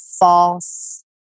false